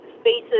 spaces